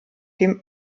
dem